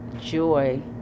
joy